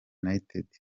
united